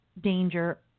danger